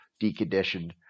deconditioned